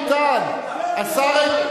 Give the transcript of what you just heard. אתה היית בצבא, השר איתן.